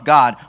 God